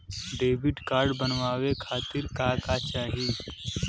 Debit card बनवावे खातिर का का चाही?